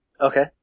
Okay